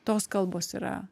tos kalbos yra